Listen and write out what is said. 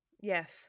Yes